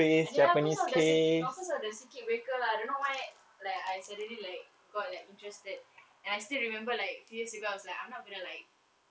and then ya cause of the circuit breaker you know cause of the circuit breaker lah I don't know why like I suddenly like got like interested and I still remember like few years ago was like I'm not going to like